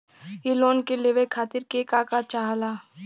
इ लोन के लेवे खातीर के का का चाहा ला?